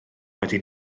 wedi